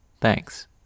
Thanks